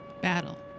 Battle